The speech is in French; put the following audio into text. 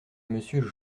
monsieur